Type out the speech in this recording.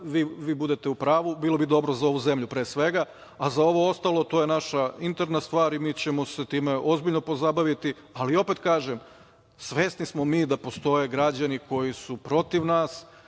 vi budete u pravu. Bilo bi dobro za ovu zemlju pre svega, a za ovo ostalo, to je naša interna stvar i mi ćemo se time ozbiljno pozabaviti. Ali, opet kažem, svesni smo mi da postoje građani koji su protiv nas,